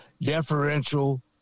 deferential